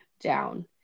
down